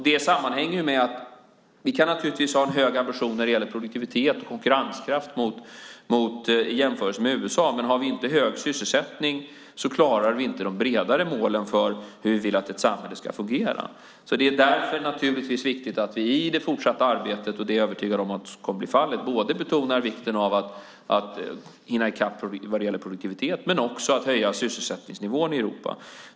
Det sammanhänger med att vi naturligtvis kan ha en hög ambition när det gäller produktivitet och konkurrenskraft i jämförelse med USA, men har vi inte hög sysselsättning klarar vi inte de bredare målen för hur vi vill att ett samhälle ska fungera. Det är därför naturligtvis viktigt att vi i det fortsatta arbetet - det är jag övertygad om kommer att bli fallet - betonar vikten av att både hinna i kapp vad det gäller produktivitet och höja sysselsättningsnivån i Europa.